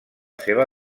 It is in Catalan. seva